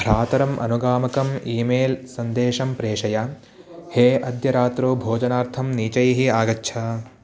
भ्रातरम् अनुगामकम् email सन्देशं प्रेषय हे अद्य रात्रौ भोजनार्थं नीचैः आगच्छ